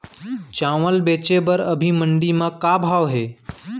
चांवल बेचे बर अभी मंडी म का भाव हे?